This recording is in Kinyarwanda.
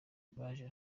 baje